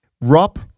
rob